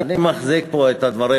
אני מחזיק פה את הדברים,